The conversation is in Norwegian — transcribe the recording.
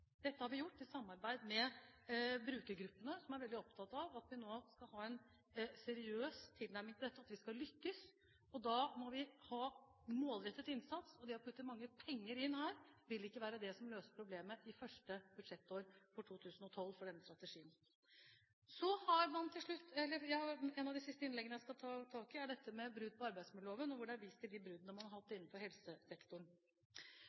Dette har vi gjort i samarbeid med brukergruppene, som er veldig opptatt av at vi nå skal ha en seriøs tilnærming til dette, og at vi skal lykkes. Da må vi ha målrettet innsats. Det å putte mange penger inn her, vil ikke være det som løser problemet i første budsjettår, i 2012, for denne strategien. Et av de siste innleggene jeg skal ta tak i, gjelder brudd på arbeidsmiljøloven, og hvor det er vist til de bruddene man har hatt